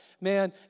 Man